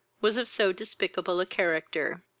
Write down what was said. was of so despicable a character